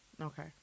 okay